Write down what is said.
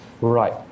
Right